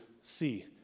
see